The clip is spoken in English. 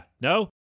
no